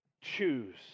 choose